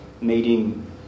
meeting